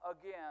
again